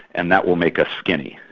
and that will make us skinny,